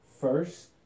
first